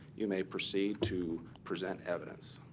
you may proceed to present evidence.